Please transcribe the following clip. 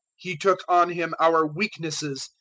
he took on him our weaknesses,